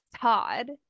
todd